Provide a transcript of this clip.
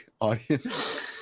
audience